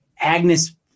Agnes